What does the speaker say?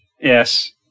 Yes